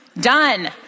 Done